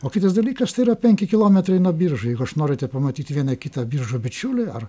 o kitas dalykas tai yra penki kilometrai nuo biržų jeigu aš noriu te pamatyti vieną kitą biržų bičiulį ar